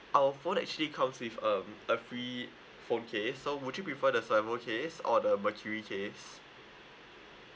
our phones actually comes with um a free phone case so would you prefer the survival case or the mercury case